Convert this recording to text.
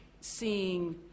seeing